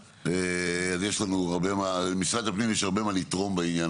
אז למשרד הפנים יש הרבה מה לתרום בעניין